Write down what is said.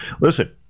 Listen